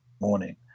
morning